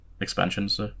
expansions